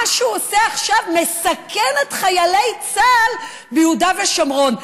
מה שהוא עושה עכשיו זה לסכן את חיילי צה"ל ביהודה ושומרון.